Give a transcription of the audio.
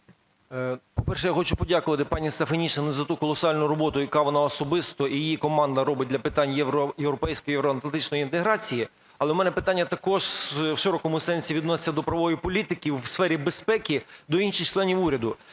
По-перше, я хочу подякувати пані Стефанішиній за ту колосальну роботу, яку вона особисто і її команда робить для питань європейської і євроатлантичної інтеграції. Але у мене питання також в широкому сенсі відноситься до правової політики у сфері безпеки до інших членів уряду.